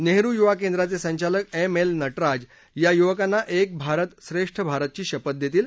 नेहरू युवा केंद्राचे संचालक एम एल नटराज या युवकांना एक भारत श्रेष्ठ भारतची शपथ देतील